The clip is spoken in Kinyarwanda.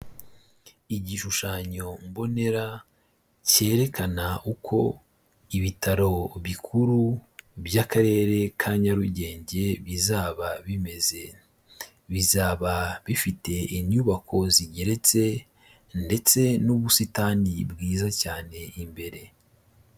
Igishushanyo mbonera kerekana uko ibitaro bikuru by'akarere ka Nyarugenge bizaba bimeze, bizaba bifite inyubako zigeretse ndetse n'ubusitani bwiza cyane imbere.